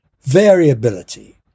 Variability